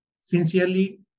sincerely